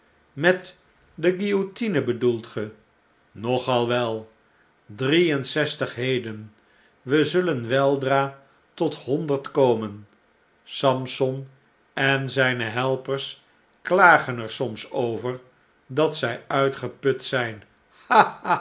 met de guillotine bedoelt ge nogal wel drie en zestig heden we zullen weldra tot honderd komen samson en zpe helpers klagen er soms over dat zg uitgeput zp